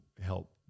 help